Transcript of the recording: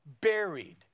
Buried